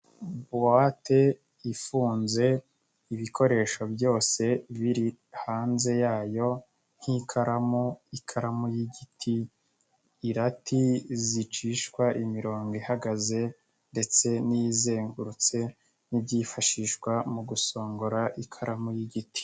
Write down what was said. Buwate ifunze ibikoresho byose biri hanze yayo nk'ikaramu, ikaramu y'igiti, irati zicishwa imirongo ihagaze ndetse n'izengurutse n'ibyifashishwa mu gusongora ikaramu y'igiti.